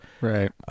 Right